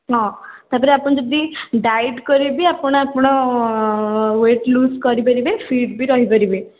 ହଁ ତା'ଦେହରେ ଆପଣ ଯଦି ଡାଏଟ୍ କରି ଆପଣ ଆପଣ ୱେଟ୍ ଲୁଜ୍ କରିପାରିବେ ଫିଟ୍ ବି ରହିପାରିବେ